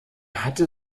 hatte